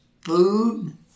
food